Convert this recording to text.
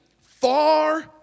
far